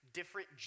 different